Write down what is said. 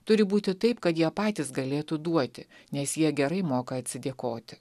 turi būti taip kad jie patys galėtų duoti nes jie gerai moka atsidėkoti